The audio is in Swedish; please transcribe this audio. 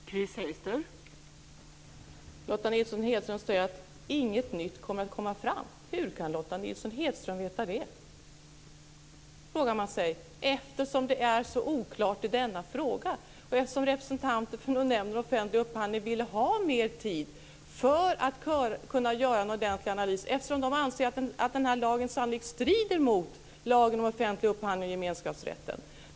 Fru talman! Lotta Nilsson-Hedström säger att inget nytt kommer att komma fram. Men hur kan Lotta Nilsson-Hedström veta det? frågar man sig. Det är ju så oklart i denna fråga. Dessutom ville ju representanterna för Nämnden för offentlig upphandling ha mer tid för att kunna göra en ordentlig analys. Man anser nämligen att den här lagen sannolikt strider mot lagen om offentlig upphandling och mot gemenskapsrätten.